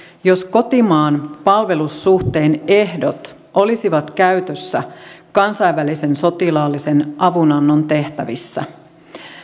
jos kotimaan palvelussuhteen ehdot olisivat käytössä kansainvälisen sotilaallisen avunannon tehtävissä